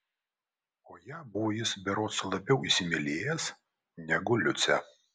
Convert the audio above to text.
o ją buvo jis berods labiau įsimylėjęs negu liucę